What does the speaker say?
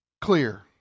clear